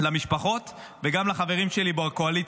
למשפחות, וגם לחברים שלי בקואליציה,